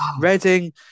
Reading